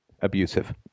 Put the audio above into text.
abusive